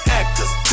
actors